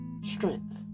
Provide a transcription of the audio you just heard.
strength